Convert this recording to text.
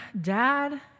dad